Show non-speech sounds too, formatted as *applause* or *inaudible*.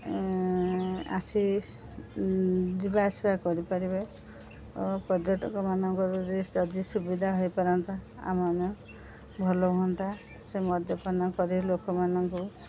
ଆସି ଯିବା ଆସିବା କରିପାରିବେ ଓ ପର୍ଯ୍ୟଟକମାନଙ୍କର *unintelligible* ଯଦି ସୁବିଧା ହୋଇପାରନ୍ତା ଆମମାନେ ଭଲ ହୁଅନ୍ତା ସେ ମଦ୍ୟପାନ କରି ଲୋକମାନଙ୍କୁ